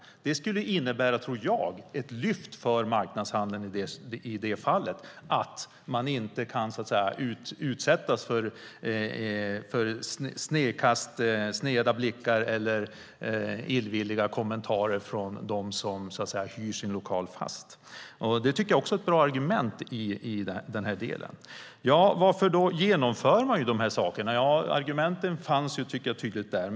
Jag tror att det skulle innebära ett lyft för marknadshandel i det fallet, att de inte kan utsättas för sneda blickar eller illvilliga kommentarer från dem som hyr sin lokal fast. Det tycker jag också är ett bra argument i den här delen. Varför genomför man dessa saker? Ja, argumenten fanns tydligt där.